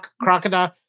Crocodile